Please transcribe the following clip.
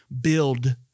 build